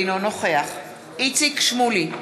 אינו נוכח איציק שמולי,